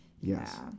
Yes